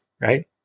right